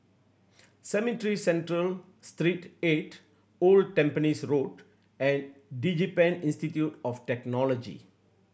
Cemetry Central Street Eight Old Tampines Road and DigiPen Institute of Technology